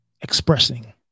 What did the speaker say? expressing